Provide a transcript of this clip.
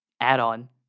add-on